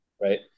right